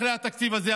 אחרי התקציב הזה,